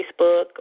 Facebook